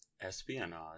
Espionage